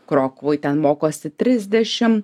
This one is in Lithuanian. krokuvoj ten mokosi trisdešim